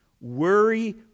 worry